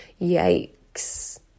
Yikes